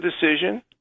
decision